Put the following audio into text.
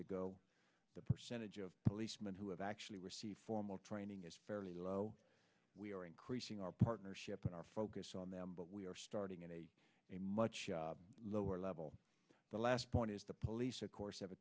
to go the percentage of policemen who have actually received formal training is fairly low we are increasing our partnership and our focus on them but we are starting in a a much lower level the last point is the police of course have a